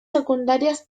secundarias